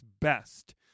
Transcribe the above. best